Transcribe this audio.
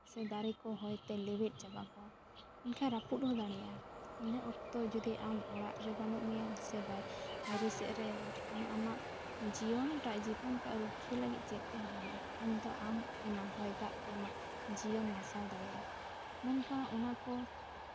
ᱥᱮ ᱫᱟᱨᱮ ᱠᱚ ᱦᱚᱭᱛᱮ ᱞᱮᱣᱮᱫ ᱪᱟᱵᱟ ᱠᱚᱜᱼᱟ ᱢᱮᱱᱠᱷᱟᱱ ᱨᱟᱹᱯᱩᱫ ᱦᱚᱸ ᱫᱟᱲᱮᱭᱟᱜᱼᱟ ᱤᱱᱟᱹ ᱚᱠᱛᱚ ᱡᱩᱫᱤ ᱟᱢ ᱚᱲᱟᱜ ᱨᱮ ᱵᱟᱹᱱᱩᱜ ᱢᱮᱭᱟ ᱥᱮ ᱵᱟᱭᱨᱮ ᱥᱮᱜ ᱨᱮ ᱠᱳᱱᱳ ᱟᱢᱟᱜ ᱡᱤᱭᱚᱱ ᱴᱟᱜ ᱡᱤᱵᱚᱱ ᱴᱟᱜ ᱨᱩᱠᱷᱭᱟᱹ ᱞᱟᱹᱜᱤᱫ ᱪᱮᱫ ᱛᱮᱜ ᱵᱟᱹᱱᱩᱜᱼᱟ ᱩᱱᱫᱚ ᱟᱢ ᱚᱱᱟ ᱦᱚᱭ ᱫᱟᱜ ᱛᱮ ᱟᱢᱟᱜ ᱡᱤᱭᱚᱱ ᱱᱟᱥᱟᱣ ᱫᱟᱲᱮᱭᱟᱜᱼᱟ ᱢᱮᱱᱠᱷᱟᱱ ᱚᱱᱟ ᱠᱚ